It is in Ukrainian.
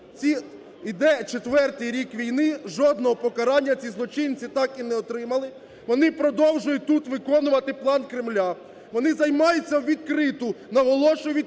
Йде четвертий рік війни – жодного покарання ці злочинці так і не отримали. Вони продовжують тут виконувати план Кремля, вони займаються у відкриту – наголошую: